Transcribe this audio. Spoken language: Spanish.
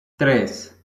tres